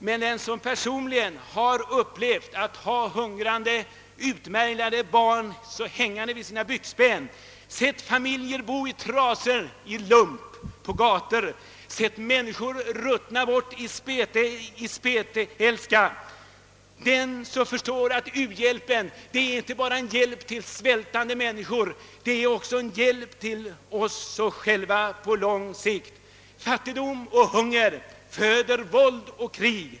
Men den som personligen har upplevt att hungrande, utmärglade barn hängt i byxbenen, den som sett familjer bo i trasor och lump på gatorna, den som sett människor ruttna bort i spetälska, den förstår att u-hjälpen inte bara är en hjälp till svältande medmänniskor utan på lång sikt även en hjälp för oss själva. Fattigdom och hunger föder våld och krig.